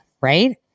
right